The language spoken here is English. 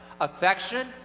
affection